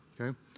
okay